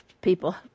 people